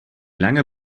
lange